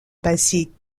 basiques